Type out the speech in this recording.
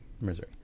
Missouri